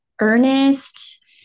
earnest